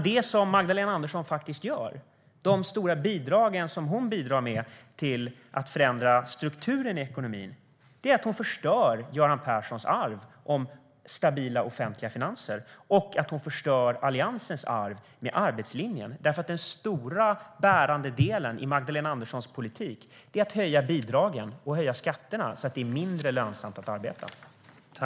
Det som Magdalena Andersson faktiskt gör, hennes stora bidrag till att förändra strukturen i ekonomin, är att hon förstör Göran Perssons arv av stabila offentliga finanser och hon förstör Alliansens arv i fråga om arbetslinjen. Den stora bärande delen i Magdalena Anderssons politik är att höja bidragen och skatterna så att det blir mindre lönsamt att arbeta.